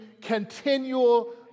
continual